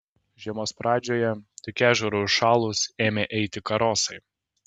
žiemos pradžioje tik ežerui užšalus ėmę eiti karosai